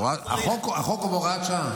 החוק הוא בהוראת שעה.